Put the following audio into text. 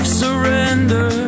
surrender